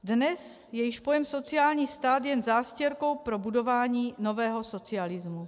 Dnes je již pojem sociální stát jen zástěrkou pro budování nového socialismu.